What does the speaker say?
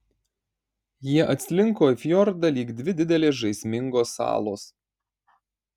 jie atslinko į fjordą lyg dvi didelės žaismingos salos